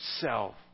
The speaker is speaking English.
Self